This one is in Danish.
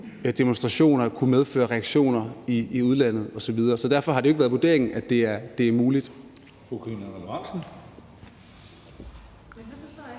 demonstrationer kunne medføre reaktioner i udlandet osv. Derfor har det ikke været vurderingen, at det er muligt.